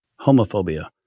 homophobia